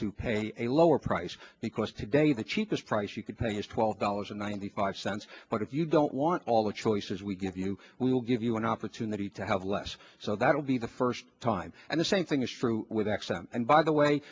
to pay a lower price because today the cheapest price you can pay is twelve dollars or ninety five cents but if you don't want all the choices we give you we will give you an opportunity to have less so that will be the first time and the same thing is true with x m and by the way